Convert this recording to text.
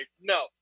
No